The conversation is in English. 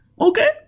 Okay